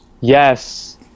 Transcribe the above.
Yes